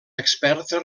experta